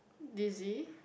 dizzy